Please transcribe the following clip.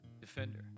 Defender